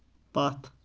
پتھ